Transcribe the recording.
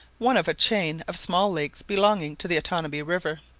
one of a chain of small lakes belonging to the otanabee river.